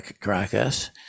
Caracas